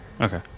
Okay